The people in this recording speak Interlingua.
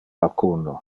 alcuno